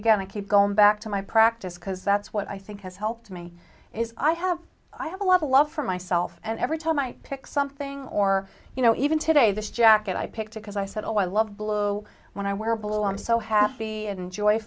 again i keep going back to my practice because that's what i think has helped me is i have i have a lot of love for myself and every time i pick something or you know even today this jacket i picked because i said oh i love blue when i wear blue i'm so happy and enjoy